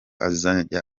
azajya